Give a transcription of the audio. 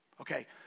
Okay